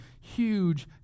huge